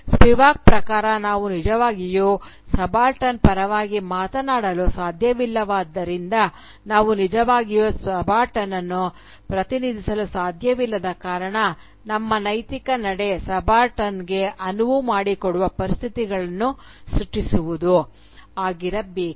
Spivak ಪ್ರಕಾರ ನಾವು ನಿಜವಾಗಿಯೂ ಸಬಾಲ್ಟರ್ನ್ ಪರವಾಗಿ ಮಾತನಾಡಲು ಸಾಧ್ಯವಿಲ್ಲವಾದ್ದರಿಂದ ನಾವು ನಿಜವಾಗಿಯೂ ಸಬಾಲ್ಟರ್ನ್ ಅನ್ನು ಪ್ರತಿನಿಧಿಸಲು ಸಾಧ್ಯವಿಲ್ಲದ ಕಾರಣ ನಮ್ಮ ನೈತಿಕ ನಡೆ ಸಬಾಲ್ಟರ್ನಗೆ ಅನುವು ಮಾಡಿಕೊಡುವ ಪರಿಸ್ಥಿತಿಗಳನ್ನು ಸೃಷ್ಟಿಸುವುದು ಆಗಿರಬೇಕು